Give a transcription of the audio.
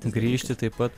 grįžti taip pat